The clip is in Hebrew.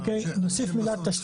נוסיף את המילה תשתיות.